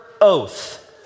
oath